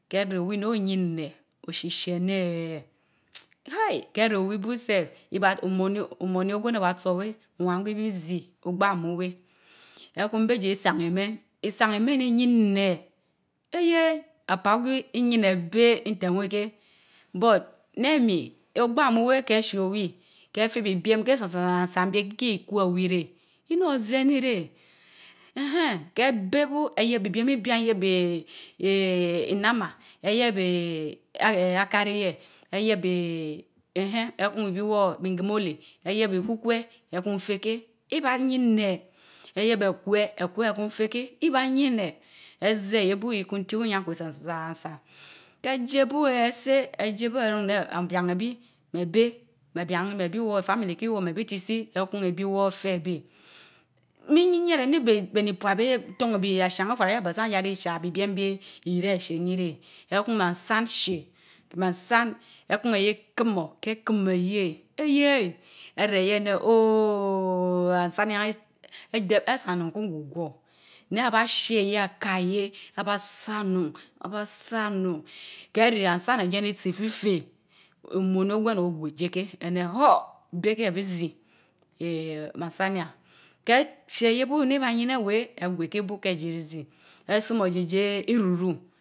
Keh reh owi neh oyineh, oshishi eneh. kati! Keh robi bu sef, iba, omóni omorni igwen iba tso weh owan ọwi bi zi ogha mu weh. Ehun beh jie isaan imen, isaan imen iyineh eyeeh! apaa gwi iyineh beh nten weh heh but nehmi, ogbamu weh heh shie owi, heh feh bibiem heh san san san neh kii ikwe owi reh, inor ezieni reh. eeehen. heh béy bu eyieb ibiem iben, ayeb eeehn ijnaama, ayeb eeeh akariye, ayeb ikukwe ekun feh keh, ibaa yineh ayeb ekwe, ekwe ekun feh keh ibaa yineh ezi oyeh bu ibaa ti weh nyankwe san san san keh jie bu etseh, ejie bu beh ruun eneh abian ebi meh beh, meh bianimeh ebi woor, ifamili ikiwoor meh bi ti si. Ekun ibi woor feh ébèh min yin yiereh neh beh ni puad béh toorn bi eshan fuara ye abasan jaa ji shia bi biem beh ereh eshieni reh. Ekun baansan shie, baan san, ekun eyeh kumoh keh kumo yie eeyeh! ereh yie neh ooo! baansan yie edem, asaonun kun gwugwor. Neh abaa shie ye, akaye! abaa san onun, abaa san onun keh reh ansan rijien ritsi ififeh omoni ogwen ogwe jie keh eneh huh! béh keh bi zi eeh ansan yen. Keh shie yeh bu eban yin eweh egweh keh bu ke jie zii esumór ji ejie iru ruu